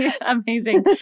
amazing